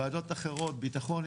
ועדות אחרות ביטחון,